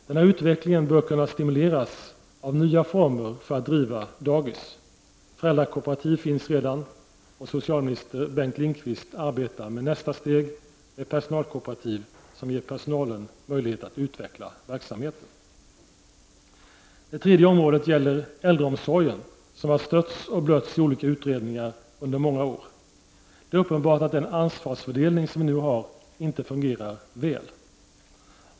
Denna utveckling bör kunna stimuleras av nya former för att driva dagis — föräldrakooperativ finns redan. Socialminister Bengt Lindqvist arbetar med nästa steg, med personalkooperativ som ger personalen möjlighet att utveckla verksamheten. — Det gäller äldreomsorgen, som har stötts och blötts i olika utredningar under många år. Det är uppenbart att den ansvarsfördelning som vi nu har inte fungerar väl.